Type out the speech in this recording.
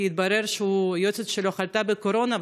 כי התברר שהיועצת שלו חלתה בקורונה,